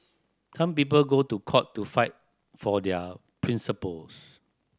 some people go to court to fight for their principles